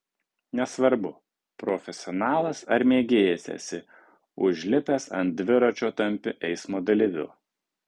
nesvarbu profesionalas ar mėgėjas esi užlipęs ant dviračio tampi eismo dalyviu